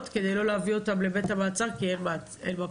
כדי לא להביא אותם לבית המעצר כי אין מקום.